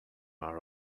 our